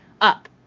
up